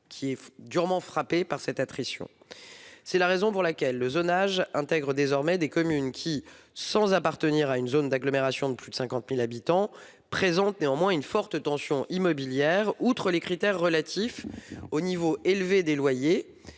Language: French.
l'est Mme Havet, porte cette question. C'est la raison pour laquelle le zonage intègre désormais des communes, qui, sans appartenir à une zone d'agglomération de plus de 50 000 habitants, présentent une forte tension immobilière. En même temps que les critères relatifs aux niveaux élevés des loyers